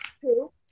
Two